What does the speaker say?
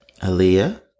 Aaliyah